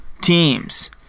teams